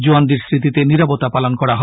জওয়ানদের স্মৃতিতে নিরবতা পালন করা হয়